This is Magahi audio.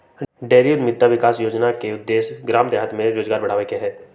डेयरी उद्यमिता विकास योजना के उद्देश्य गाम देहात में रोजगार बढ़ाबे के हइ